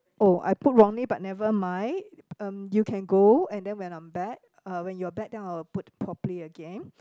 oh I put wrongly but nevermind um you can go and then when I'm back uh when you are back then I'll put properly again